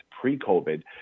pre-COVID